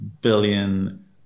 billion